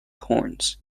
horns